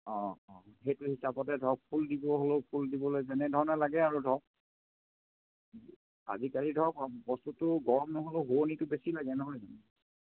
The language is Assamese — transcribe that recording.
অঁ অঁ সেইটো হিচাপতে ধৰক ফুল দিব হ'লেও ফুল দিবলৈ যেনেধৰণে লাগে আৰু ধৰক আজিকালি ধৰক বস্তুটো গৰম নহ'লেও শুৱনিটো বেছি লাগে নহয় জানো